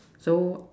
so